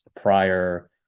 prior